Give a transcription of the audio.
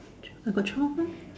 twelve I got twelve meh